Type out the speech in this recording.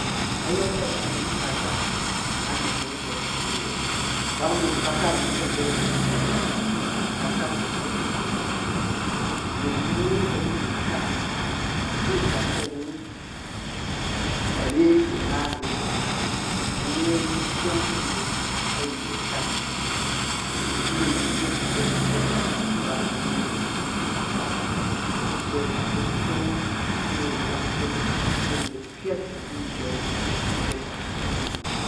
Ayɔn fɛ adakunom kasa angan da kyem afɛ da iwu awo yɛ. Adakunom kasa anet yɔng fɛ anye kusot kutek ne da a kasa ayɔng fɛ da anye kusot kutek a wo, nek iwu ren kayit iyɛ kangaan ba se a kak fɛ ni wu are se na are se na awo. Iwu ren ikyɛn fi ines ayit iyɛ akangaan. Ki ku yiring ngɔn yet kusot kutek a daka kasa ida sot ares itomong ɔng fi iwu kutomong fɛ ba net whɛt da di mgbɛt kusot kutek ne ngɔn.